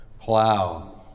Plow